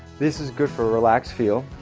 this is good for a relaxed feel,